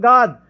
God